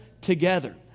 together